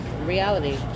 reality